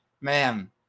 man